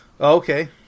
Okay